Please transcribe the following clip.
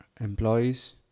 employees